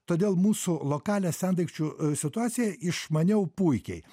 todėl mūsų lokalią sendaikčių situaciją išmaniau puikiai